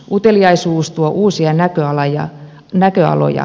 uteliaisuus tuo uusia näköaloja